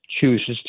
chooses